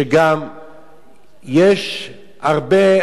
שגם יש הרבה,